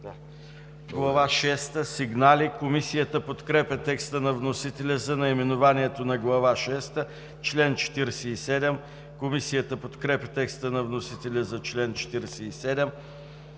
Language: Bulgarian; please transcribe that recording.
шеста – „Сигнали“. Комисията подкрепя текста на вносителя за наименованието на Глава шеста. Комисията подкрепя текста на вносителя за чл. 47.